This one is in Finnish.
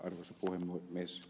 arvoisa puhemies